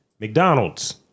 McDonald's